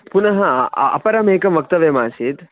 पुनः अ अपरमेकं वक्तव्यमासीत्